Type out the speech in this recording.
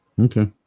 Okay